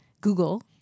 Google